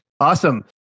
awesome